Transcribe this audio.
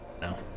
no